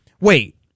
wait